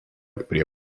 prie